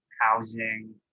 housing